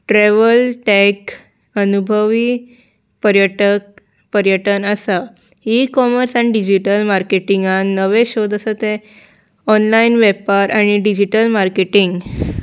travel tech अनुभवी पर्यटक पर्यटन आसा ई कॉमर्स आनी डिजीटल मार्केटिंगान नवे शोध आसा ते ऑनलायन वेपार आनी डिजीटल मार्केटींग